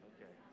Okay